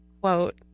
quote